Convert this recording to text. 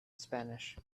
spanish